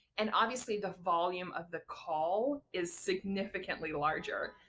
and obviously the volume of the caul is significantly larger.